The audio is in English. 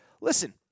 Listen